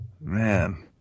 man